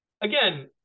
again